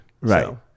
Right